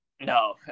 No